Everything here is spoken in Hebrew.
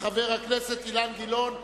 חבר הכנסת אילן גילאון הסיר,